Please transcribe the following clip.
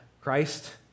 Christ